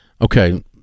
Okay